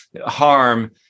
harm